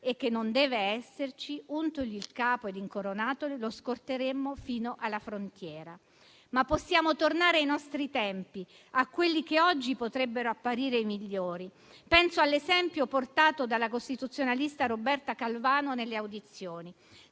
e che non deve esserci, untogli il capo ed incoronatolo, lo scorteremmo fino alla frontiera». Ma possiamo tornare ai nostri tempi, a quelli che oggi potrebbero apparire i migliori. Penso all'esempio portato dalla costituzionalista Roberta Calvano nelle audizioni.